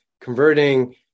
converting